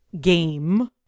game